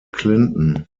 clinton